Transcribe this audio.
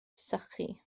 sychu